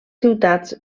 ciutats